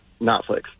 Netflix